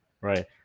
right